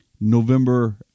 November